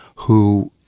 who,